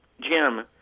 Jim